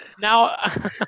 Now